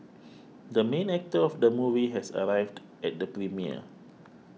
the main actor of the movie has arrived at the premiere